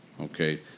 Okay